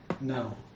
No